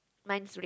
mine's red